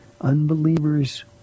unbelievers